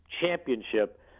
championship